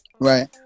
Right